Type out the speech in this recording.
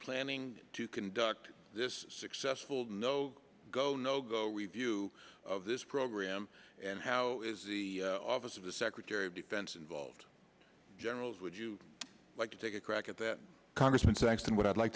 planning to conduct this successful no go no go review of this program and how is the office of the secretary of defense involved generals would you like to take a crack at that congressman saxton what i'd like